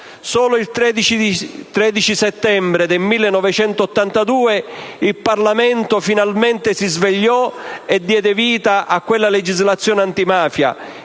Solo il 13 settembre del 1982 il Parlamento finalmente si svegliò e diede vita a quella legislazione antimafia,